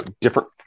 different